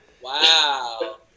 Wow